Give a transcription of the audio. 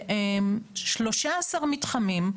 ב-13 מתחמים,